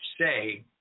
say